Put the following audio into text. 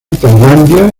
tailandia